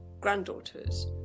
granddaughters